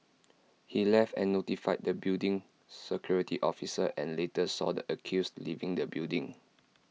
he left and notified the building security officer and later saw the accused leaving the building